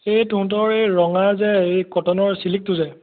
এই তহঁতৰ এই ৰঙা যে এই কটনৰ ছিল্কটো যে